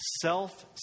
self